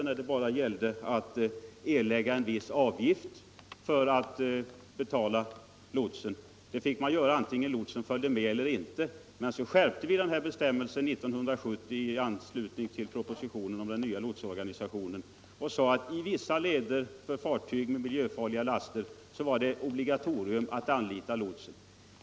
Då gällde det endast att erlägga en viss avgift för lotsning vare sig lotsen anlitades eller inte. Men 1970 skärptes bestämmelserna i anslutning till propositionen om den nya lotsorganisationen. Då beslöts att det för fartyg med miljöfarliga laster i vissa leder var obligatoriskt att verkligen anlita lots.